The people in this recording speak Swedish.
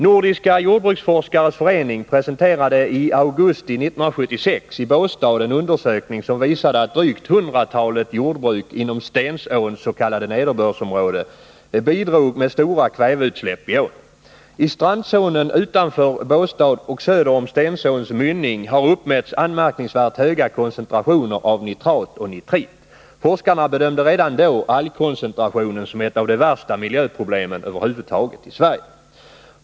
Nordiska jordbruksforskares förening presenterade i augusti 1976 i Båstad en undersökning som visade att drygt hundratalet jordbruk inom Stensåns s.k. nederbördsområde bidrog med stora kväveutsläpp i ån. I strandzonen utanför Båstad och söder om Stensåns mynning har uppmätts anmärkningsvärt höga koncentrationer av nitrat och nitrit. Forskarna bedömde redan då algkoncentrationen som ett av de värsta miljöproblemen över huvud taget i Sverige.